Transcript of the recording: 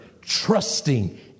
trusting